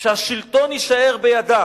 שהשלטון יישאר בידה,